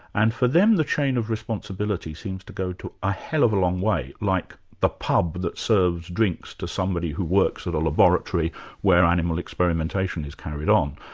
and for them the chain of responsibility seems to go to a hell of a long way, like the pub that serves drinks to somebody who works at a laboratory where animal experimentation is carried on.